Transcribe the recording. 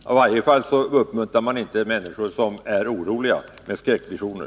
Man uppmuntrar i varje fall inte människor som är oroliga med skräckvisioner.